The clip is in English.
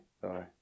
Sorry